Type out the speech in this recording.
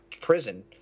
prison